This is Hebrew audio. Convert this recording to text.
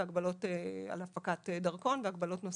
הגבלות על הפקת דרכון והגבלות נוספות.